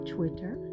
Twitter